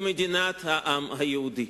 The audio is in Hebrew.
במדינת העם היהודי,